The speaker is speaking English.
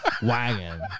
Wagon